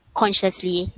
consciously